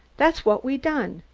that's what we done.